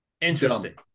Interesting